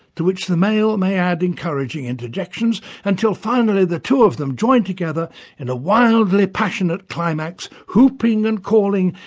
to which the male may add encouraging interjections, until finally the two of them join together in a wildly passionate climax, whooping and calling,